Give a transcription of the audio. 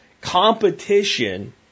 competition